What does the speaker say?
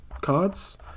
cards